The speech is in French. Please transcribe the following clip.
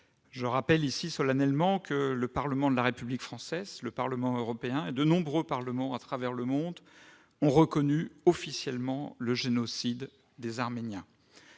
Je rappelle ici solennellement que le Parlement de la République française, le Parlement européen et de nombreux parlements à travers le monde ont reconnu officiellement le génocide des Arméniens.